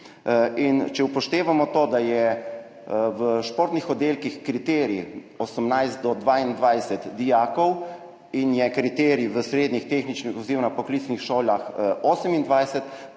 če upoštevamo to, da je v športnih oddelkih kriterij 18 do 22 dijakov in je kriterij v srednjih tehničnih oziroma poklicnih šolah 28,